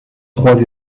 trois